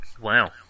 Wow